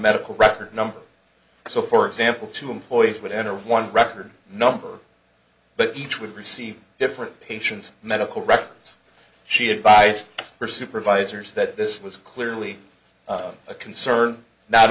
medical record number so for example two employees would enter one record number but each would receive different patients medical records she advised her supervisors that this was clearly a concern not